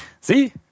See